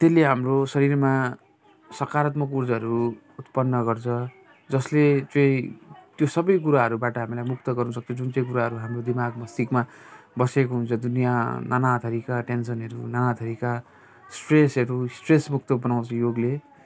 त्यसले हाम्रो शरीरमा सकारात्मक ऊर्जाहरू उत्पन्न गर्छ जसले चाहिँ त्यो सबै कुराहरूबाट हामीलाई मुक्त गर्नुसक्छ जुन चाहिँ कुराहरू हाम्रो दिमागमा मस्तिष्कमा बसेको हुन्छ दुनियाँ नाना थरीका टेन्सनहरू नानाथरीका स्ट्रेसहरू स्ट्रेस मुक्त बनाउँछ योगले